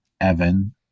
Evan